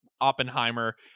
Oppenheimer